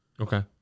Okay